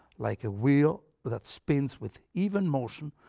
like a wheel that spins with even motion,